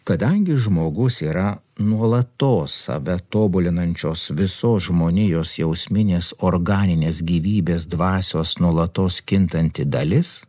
kadangi žmogus yra nuolatos save tobulinančios visos žmonijos jausminės organinės gyvybės dvasios nuolatos kintanti dalis